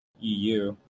EU